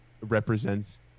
represents